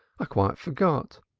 i quite forgot.